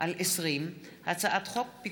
פ/5580/20 וכלה בהצעת חוק שמספרה פ/5614/20: